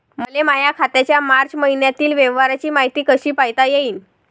मले माया खात्याच्या मार्च मईन्यातील व्यवहाराची मायती कशी पायता येईन?